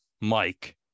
Mike